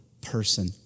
person